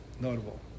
notable